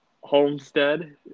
Homestead